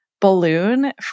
balloon